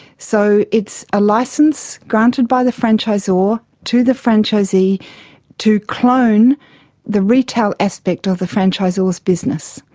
so it's a licence granted by the franchisor to the franchisee to clone the retail aspect of the franchisor's business.